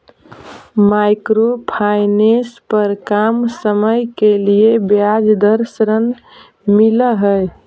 micro finance पर कम समय के लिए ब्याज पर ऋण मिलऽ हई